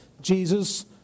Jesus